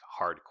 hardcore